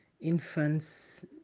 infants